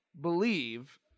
believe